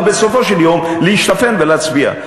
ובסופו של יום להשתפן ולהצביע.